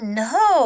no